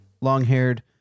long-haired